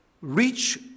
reach